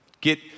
Get